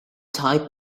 type